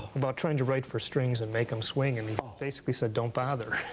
about trying to write for strings and make them swing, and he basically said don't bother.